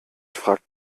fragt